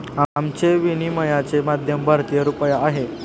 आमचे विनिमयाचे माध्यम भारतीय रुपया आहे